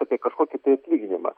apie kažkokį tai atlyginimą